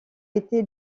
été